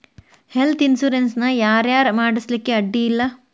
Health insurance ನ ಯಾರ್ ಯಾರ್ ಮಾಡ್ಸ್ಲಿಕ್ಕೆ ಅಡ್ಡಿ ಇಲ್ಲಾ?